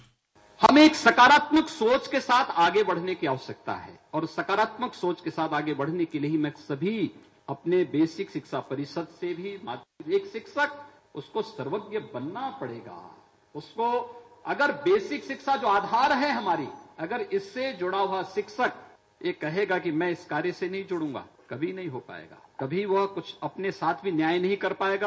bite हमें एक सकारात्मक सोच के साथ आगे बढ़ने की आवश्यकता है ओर सकारात्मक सोच के साथ आगे के लिये ही मैं सभी अपने बेसिक शिक्षा परिषद से भी एक शिक्षक उसको सर्वज्ञ बनना पड़ेगा उसको अगर बेसिक शिक्षा जो आधार है हमारी अगर इससे जुड़ा हुआ शिक्षक यह कहेगा कि मैं इस कार्य से नहीं जुडूगा कभी नहीं हो पायेगा कभी वह कुछ अपने साथ भी न्याय नहीं कर पायेगा